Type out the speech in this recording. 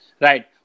Right